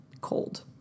cold